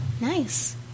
Nice